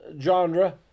genre